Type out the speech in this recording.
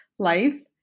life